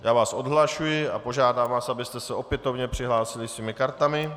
Já vás odhlašuji a požádám vás, abyste se opětovně přihlásili svými kartami...